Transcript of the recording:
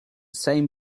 same